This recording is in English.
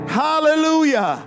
hallelujah